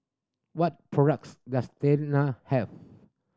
what products does Tena have